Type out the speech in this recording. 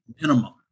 minimum